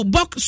Book